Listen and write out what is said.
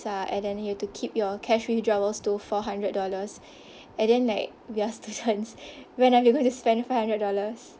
and then you have to keep your cash withdrawals to four hundred dollars and then like we're students when are we going to spend five hundred dollars